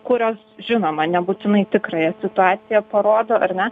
kurios žinoma nebūtinai tikrąją situaciją parodo ar ne